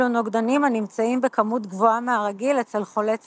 אלו נוגדנים הנמצאים בכמות גבוהה מהרגיל אצל חולי צליאק.